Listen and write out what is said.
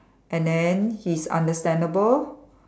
and then he's understandable